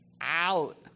out